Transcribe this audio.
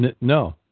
No